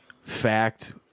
fact